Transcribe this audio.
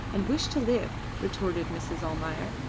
and wish to live, retorted mrs. almayer.